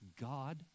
God